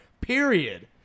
Period